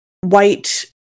white